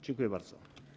Dziękuję bardzo.